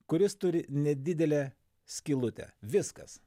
kuris turi nedidelę skylutę viskas